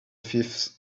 fifth